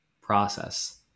process